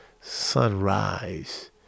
sunrise